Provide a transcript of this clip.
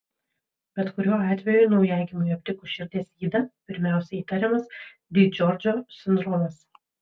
bet kuriuo atveju naujagimiui aptikus širdies ydą pirmiausia įtariamas di džordžo sindromas